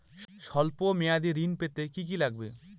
সল্প মেয়াদী ঋণ পেতে কি কি লাগবে?